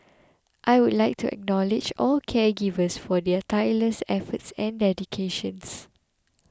I would like to acknowledge all caregivers for their tireless efforts and dedications